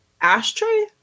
ashtray